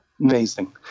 Amazing